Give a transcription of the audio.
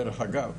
דרך אגב,